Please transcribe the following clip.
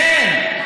אכן,